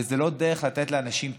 וזו לא דרך לתת לאנשים תקווה.